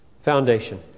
Foundation